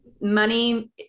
money